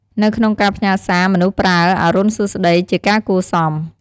នៅក្នុងការផ្ញើសារ មនុស្សប្រើ "អរុណសួស្តី" ជាការគួរសម។